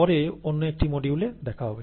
পরে অন্য একটি মডিউলে দেখা হবে